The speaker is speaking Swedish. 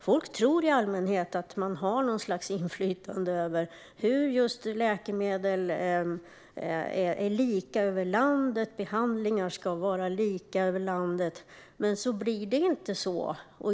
Folk tror i allmänhet att vi har något slags inflytande så att läkemedel och behandlingar är lika över landet, men så är det inte.